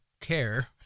care